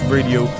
Radio